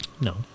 No